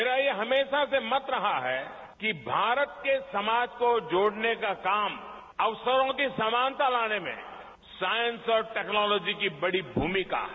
मेरा यह हमेशा से मत रहा है कि भारत के समाज को जोड़ने का काम अवसरों की समानता लाने में साइंस और टेक्नोलॉजी की बड़ी भूमिका है